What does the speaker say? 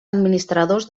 administradors